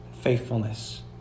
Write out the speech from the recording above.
faithfulness